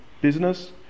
business